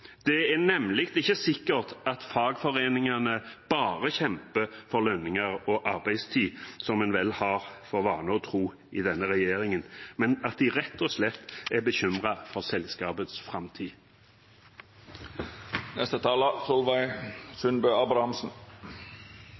Det er nemlig ikke sikkert at fagforeningene bare kjemper for lønninger og arbeidstid, som en vel har for vane å tro i denne regjeringen, men at de rett og slett er bekymret for selskapets framtid.